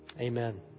amen